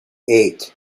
eight